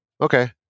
okay